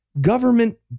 Government